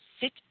sit